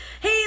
hey